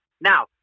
Now